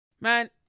Man